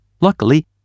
Luckily